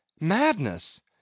Madness